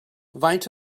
faint